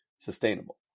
sustainable